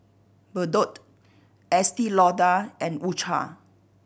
Bardot Estee Lauder and U Cha